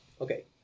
Okay